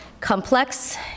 complex